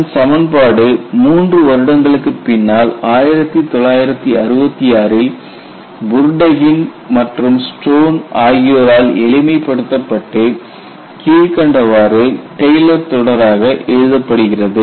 இதன் சமன்பாடு மூன்று வருடங்களுக்குப் பின்னால் 1966 ல் புர்டெக்கின் மற்றும் ஸ்டோன் ஆகியோரால் எளிமைப்படுத்தப்பட்டு கீழ்க்கண்டவாறு டெய்லர் தொடராக எழுதப்படுகிறது